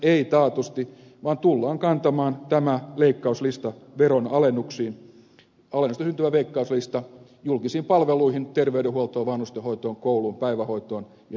ei taatusti vaan tullaan kantamaan tämä veronalennuksista syntyvä leikkauslista julkisiin palveluihin terveydenhuoltoon vanhustenhoitoon kouluun päivähoitoon ja sosiaaliturvan puolelle